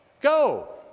Go